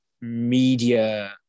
media